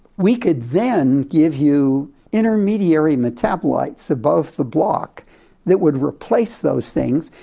we could then give you intermediary metabolites above the block that would replace those things,